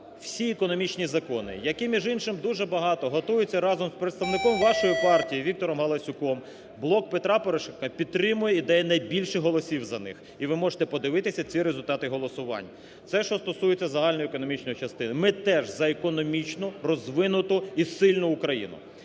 всі економічні закони, які, між іншим, дуже багато готуються разом з представником вашої партії Віктором Галасюком, "Блок Петра Порошенка" підтримує і дає найбільше голосів за них, і ви можете подивитися ці результати голосувань. Це що стосується загальноекономічної частини. Ми теж за економічно розвинуту і сильну Україну.